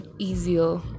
easier